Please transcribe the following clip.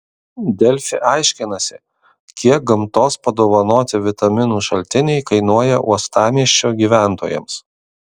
delfi aiškinasi kiek gamtos padovanoti vitaminų šaltiniai kainuoja uostamiesčio gyventojams